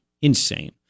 Insane